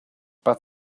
but